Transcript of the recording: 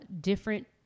different